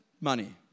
money